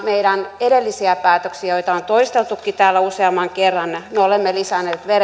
meidän edellisiä päätöksiämme joita on toisteltukin täällä useamman kerran me olemme lisänneet